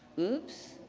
oops!